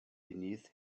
beneath